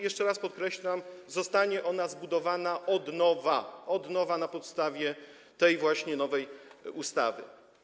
Jeszcze raz podkreślam: zostanie ona zbudowana od nowa, na podstawie tej właśnie nowej ustawy.